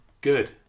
Good